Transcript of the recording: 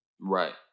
Right